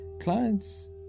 Clients